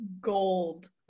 Gold